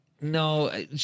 no